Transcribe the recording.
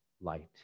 light